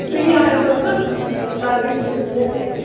कोई नी आएयो तुस आ'ऊं सनाह्गी तुसें कि'यां केह् ऐ